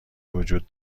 وجود